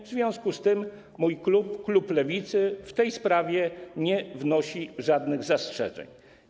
W związku z tym mój klub, klub Lewicy, w tej sprawie nie wnosi żadnych zastrzeżeń.